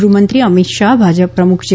ગૃહમંત્રી અમીત શાહ ભાજપપ્રમુખ જે